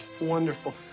Wonderful